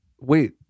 Wait